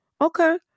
okay